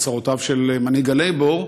הצהרותיו של מנהיג הלייבור,